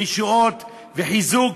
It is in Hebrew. וישועות, וחיזוק,